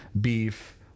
beef